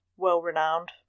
well-renowned